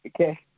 Okay